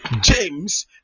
james